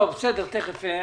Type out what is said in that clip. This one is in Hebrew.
לא, תכף.